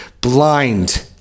blind